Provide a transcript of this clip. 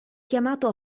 chiamato